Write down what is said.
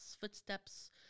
footsteps